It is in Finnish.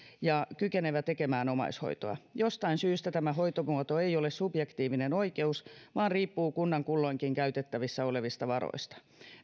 ja kykenevä tekemään omaishoitoa jostain syystä tämä hoitomuoto ei ole subjektiivinen oikeus vaan riippuu kunnan kulloinkin käytettävissä olevista varoista